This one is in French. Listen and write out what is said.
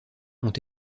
ont